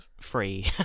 free